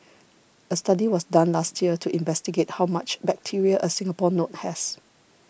a study was done last year to investigate how much bacteria a Singapore note has